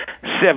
seven